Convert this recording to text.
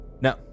No